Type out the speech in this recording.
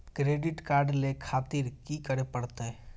Credit card ले खातिर की करें परतें?